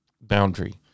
boundary